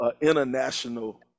international